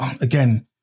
again